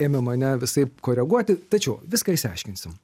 ėmė mane visaip koreguoti tačiau viską išsiaiškinsim